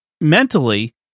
mentally